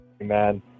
man